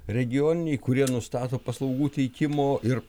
regioniniai kurie nustato paslaugų teikimo ir